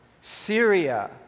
Syria